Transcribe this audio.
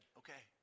okay